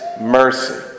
mercy